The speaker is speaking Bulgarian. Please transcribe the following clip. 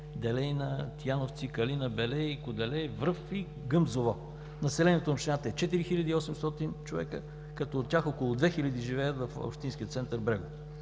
Делейна, Тияновци, Калина, Балей, Куделин, Връв и Гъмзово. Населението на общината е 4800 човека, като от тях около 2000 живеят в общинския център Брегово.